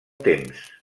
temps